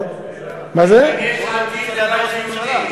אתמול היא המליצה עליו לראש ממשלה.